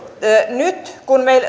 nyt kun